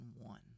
one